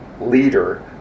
leader